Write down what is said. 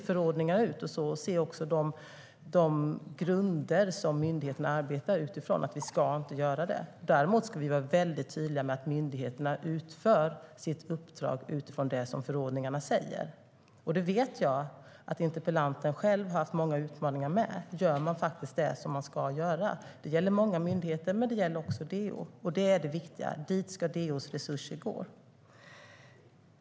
Förordningar ser ut på det sättet. Även de grunder som myndigheterna arbetar utifrån ser ut på det sättet. Vi ska inte göra det. Däremot ska vi vara tydliga med att myndigheterna utför sitt uppdrag utifrån det som står i förordningarna. Jag vet att interpellanten själv har haft många utmaningar med att göra det som man ska göra. Det gäller många myndigheter, men det gäller också DO. Det viktiga är att DO:s resurser ska gå dit.